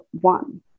one